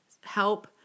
help